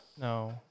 no